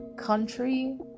country